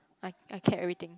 I I kept everything